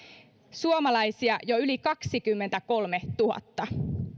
suomalaisia jo yli kaksikymmentäkolmetuhatta